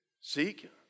Seek